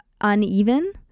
uneven